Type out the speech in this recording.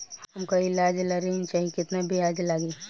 हमका ईलाज ला ऋण चाही केतना ब्याज लागी?